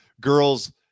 girls